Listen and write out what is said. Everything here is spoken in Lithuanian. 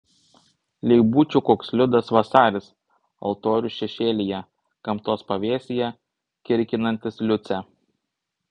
lyg būčiau koks liudas vasaris altorių šešėlyje gamtos pavėsyje kirkinantis liucę